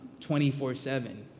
24-7